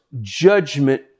judgment